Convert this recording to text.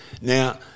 now